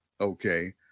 Okay